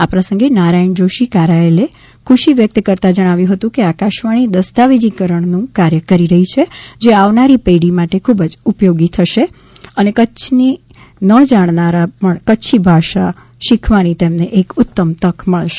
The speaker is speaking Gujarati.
આ પ્રસંગે નારાયણ જોશી ેકારાયલએ ખુશી વ્યક્ત કરતાં જણાવ્યું હતું કે આકાશવાણી દસ્તાવેજીકરણનું કાર્ય કરી રહી છે જે આવનારી પેઢી માટે ખૂબ જ ઉપયોગી થશે અને કચ્છી ન જાણનારાને પણ કચ્છી ભાષા શીખવાની એક ઉત્તમ તક મળશે